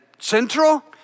Central